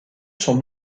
sont